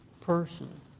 person